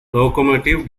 locomotive